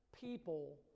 people